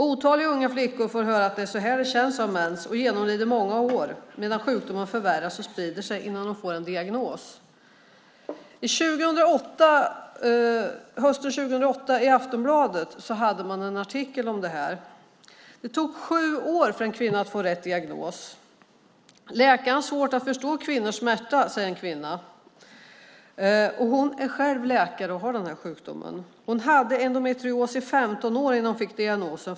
Otaliga unga flickor får höra att det är så det känns att ha mens och lider under många år medan sjukdomen förvärras och sprider sig innan de får en diagnos. Hösten 2008 hade man en artikel om detta i Aftonbladet. Det tog sju år för en kvinna att få diagnos. Läkare har svårt att förstå kvinnors smärta, säger en kvinna. Hon är själv läkare och har den här sjukdomen. Hon hade endometrios i 15 år innan hon fick diagnosen.